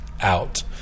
out